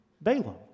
Balaam